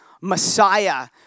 Messiah